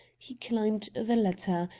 he climbed the ladder,